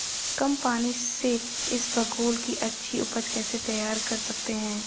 कम पानी से इसबगोल की अच्छी ऊपज कैसे तैयार कर सकते हैं?